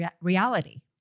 reality